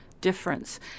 difference